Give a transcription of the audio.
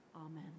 Amen